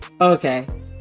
Okay